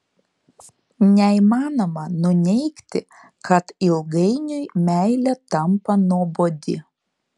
neįmanoma nuneigti kad ilgainiui meilė tampa nuobodi